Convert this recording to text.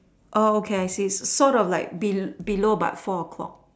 okay I see sort of like below but four o-clock